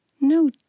no